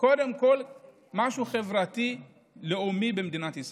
קודם כול כמשהו חברתי-לאומי במדינת ישראל.